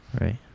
Right